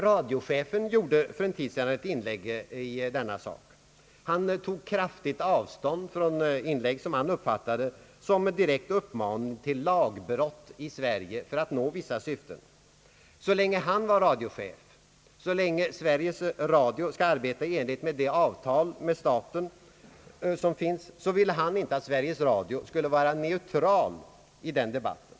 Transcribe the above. Radiochefen gjorde för en tid sedan ett inlägg i denna fråga och tog kraftigt avstånd från uttalanden som han upp fattat som en direkt uppmaning till lagbrott för att i Sverige nå vissa syften. Så länge han var radiochef, så länge Sveriges Radio skall arbeta i enlighet med det avtal som finns med staten, ville han inte att Sveriges Radio skulle vara neutralt i den debatten.